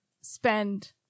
spend